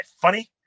funny